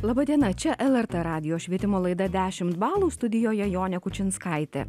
laba diena čia lrt radijo švietimo laida dešimt balų studijoje jonė kučinskaitė